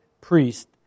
priest